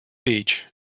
beach